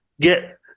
Get